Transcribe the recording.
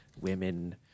women